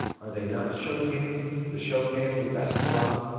are they not chopin, the chopin we best love?